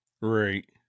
Right